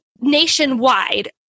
nationwide